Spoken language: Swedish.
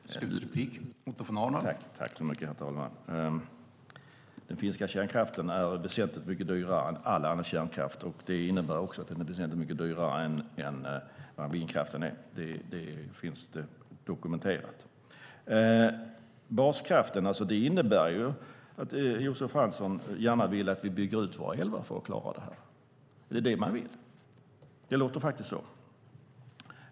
Herr talman! Den finska kärnkraften är väsentligt mycket dyrare än all annan kärnkraft. Det innebär också att den är väsentligt mycket dyrare än vindkraften. Det är dokumenterat. Vill Josef Fransson att vi bygger ut våra älvar för att klara baskraften? Det låter faktiskt så.